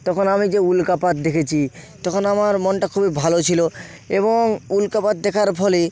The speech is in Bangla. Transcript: তখন আমি যে উল্কাপাত দেখেছি তখন আমার মনটা খুবই ভালো ছিল এবং উল্কাপাত দেখার ফলে